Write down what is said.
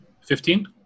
Fifteen